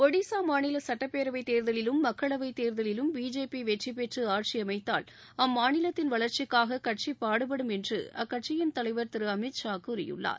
ஒடிசா மாநில சுட்டப் பேரவை தேர்தலிலும் மக்களவைத் தேர்தலிலும் பிஜேபி வெற்றி பெற்று ஆட்சியமைத்தால் அம்மாநிலத்தின் வளர்ச்சிக்காக கட்சி பாடுபடும் என்று அக்கட்சியின் தலைவர் திரு அமித் ஷா கூறியுள்ளார்